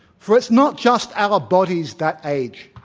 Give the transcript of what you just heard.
for it's not just our bodies that age.